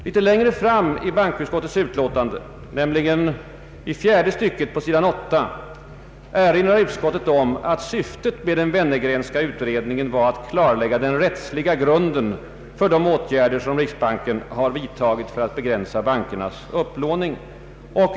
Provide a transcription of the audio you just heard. Litet längre fram i bankoutskottets utlåtande, nämligen i fjärde stycket på sidan 8, erinrar utskottet om att syftet med den Wennergrenska utredningen var att klarlägga den rättsliga grunden för de åtgärder som riksbanken vidtagit för att begränsa bankernas upplåning.